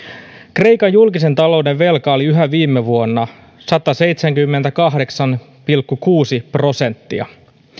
kreikan julkisen talouden velka oli viime vuonna yhä sataseitsemänkymmentäkahdeksan pilkku kuusi prosenttia